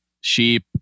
sheep